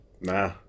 Nah